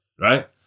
right